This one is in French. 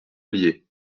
allier